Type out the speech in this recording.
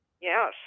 Yes